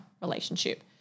relationship